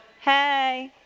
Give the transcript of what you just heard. Hey